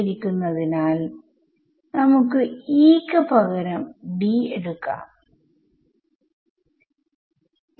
സ്പേസിലെ ഇലക്ട്രിക് ഫീൽഡുകൾ എനിക്ക് എവിടെ അറിയാൻ കഴിയും